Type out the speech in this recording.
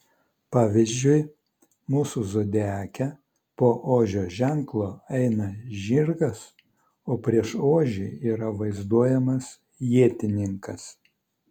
pavyzdžiui mūsų zodiake po ožio ženklo eina žirgas o prieš ožį yra vaizduojamas ietininkas